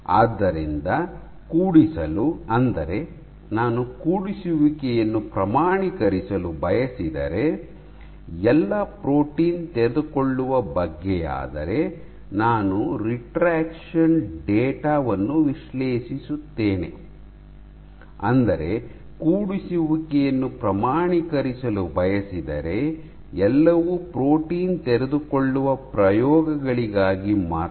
ಆದ್ದರಿಂದ ಕೂಡಿಸಲು ಅಂದರೆ ನಾನು ಕೂಡಿಸುವಿಕೆಯನ್ನು ಪ್ರಮಾಣೀಕರಿಸಲು ಬಯಸಿದರೆ ಎಲ್ಲ ಪ್ರೋಟೀನ್ ತೆರೆದುಕೊಳ್ಳುವ ಬಗ್ಗೆಯಾದರೆ ನಾನು ರೆಟ್ರಾಕ್ಷನ್ ಡೇಟಾ ವನ್ನು ವಿಶ್ಲೇಷಿಸುತ್ತೇನೆ ಅಂದರೆ ಕೂಡಿಸುವಿಕೆಯನ್ನು ಪ್ರಮಾಣೀಕರಿಸಲು ಬಯಸಿದರೆ ಎಲ್ಲವೂ ಪ್ರೋಟೀನ್ ತೆರೆದುಕೊಳ್ಳುವ ಪ್ರಯೋಗಗಳಿಗಾಗಿ ಮಾತ್ರ